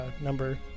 number